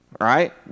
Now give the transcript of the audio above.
Right